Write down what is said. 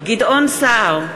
גדעון סער,